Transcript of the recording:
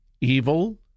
evil